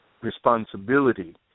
responsibility